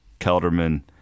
Kelderman